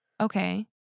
Okay